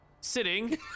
Sitting